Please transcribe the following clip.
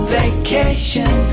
vacation